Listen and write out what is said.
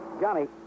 Johnny